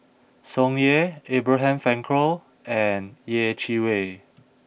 Tsung Yeh Abraham Frankel and Yeh Chi Wei